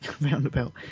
Roundabout